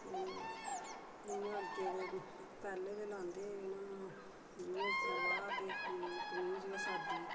ते इ'यां अग्गें ते पैह्ले ते लांदे न इ'यां सलवार ते कमीज गै साद्धी